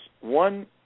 one